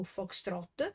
Foxtrot